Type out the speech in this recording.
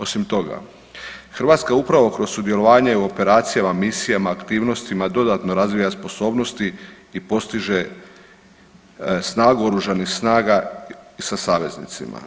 Osim toga, Hrvatska upravo kroz sudjelovanje u operacijama, misijama i aktivnostima dodatno razvija sposobnosti i postiže snagu oružanih snaga sa saveznicima.